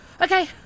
Okay